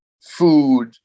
food